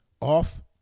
off